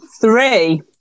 three